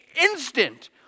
instant